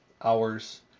hours